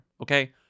okay